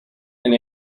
and